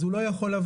אז הוא לא יכול לבוא.